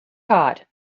hot